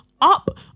Up